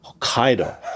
Hokkaido